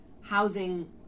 housing